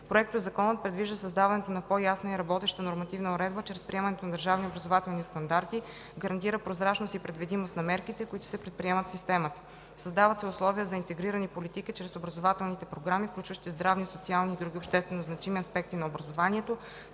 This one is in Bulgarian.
Проектозаконът предвижда създаването на по-ясна и работеща нормативна уредба чрез приемането на държавни образователни стандарти, гарантира прозрачност и предвидимост на мерките, които се предприемат в системата. Създават се условия за интегрирани политики чрез образователните програми, включващи здравни, социални и други обществено значими аспекти на образованието;